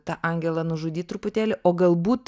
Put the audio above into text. tą angelą nužudyt truputėlį o galbūt